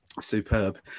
Superb